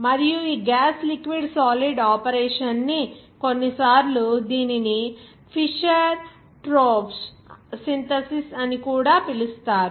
మరియు ఈ gas liquid solid operation ని కొన్నిసార్లు దీనిని ఫిషర్ ట్రోప్ష్ సింథసిస్ అని పిలుస్తారు